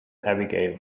abigail